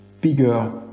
bigger